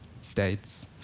states